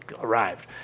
arrived